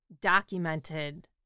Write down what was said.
documented